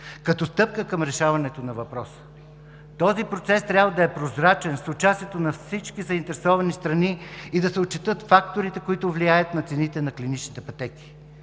като стъпка към решаването на въпроса. Този процес трябва да е прозрачен, с участието на всички заинтересовани страни, и да се отчетат факторите, които влияят на цените на клиничните пътеки.